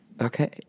okay